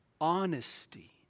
honesty